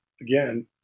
again